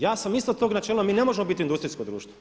Ja sam isto tog načela, mi ne možemo bit industrijsko društvo.